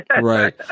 Right